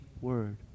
word